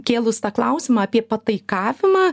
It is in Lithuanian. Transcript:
kėlus tą klausimą apie pataikavimą